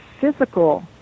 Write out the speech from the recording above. physical